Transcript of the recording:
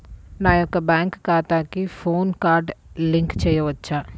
నా యొక్క బ్యాంక్ ఖాతాకి పాన్ కార్డ్ లింక్ చేయవచ్చా?